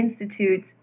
Institutes